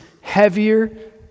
heavier